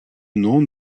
nom